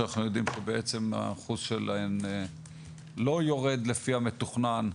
שאנחנו יודעים שבעצם אחוז שלהן לא יורד לפי המתוכנן,